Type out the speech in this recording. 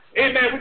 Amen